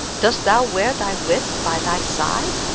dost thou wear thy wit by thy side?